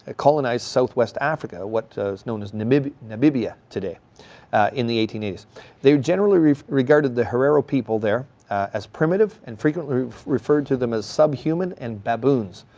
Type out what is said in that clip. ah colonized south west africa, what was known as namibia namibia today in the eighteen eighty s. they generally regarded the herero people there as primitive and frequently referred to them as subhuman and baboons.